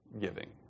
giving